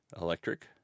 Electric